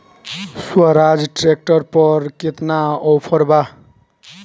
Swaraj tractor पर केतना offer बा?